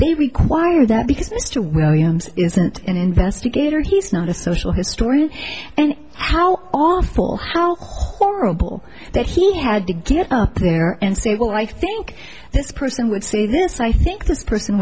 they require that because mr williams isn't an investigator he's not a social historian and how awful how horrible that he had to get up there and say well i think this person would say this i think this person